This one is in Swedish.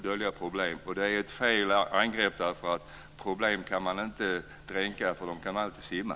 Det är fel angreppssätt, för problem kan inte dränkas. De kan alltid simma.